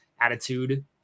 attitude